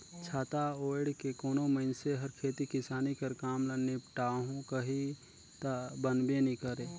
छाता ओएढ़ के कोनो मइनसे हर खेती किसानी कर काम ल निपटाहू कही ता बनबे नी करे